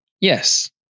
Yes